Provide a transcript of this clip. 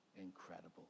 incredible